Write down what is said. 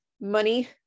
money